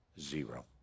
zero